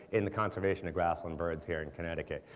in the conservation of grassland birds here in connecticut.